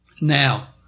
Now